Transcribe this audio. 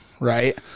Right